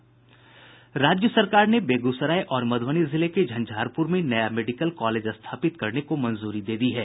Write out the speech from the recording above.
राज्य सरकार ने बेगूसराय और मध्बनी जिले के झंझारपूर में नया मेडिकल कॉलेज स्थापित करने की मंजूरी दे दी है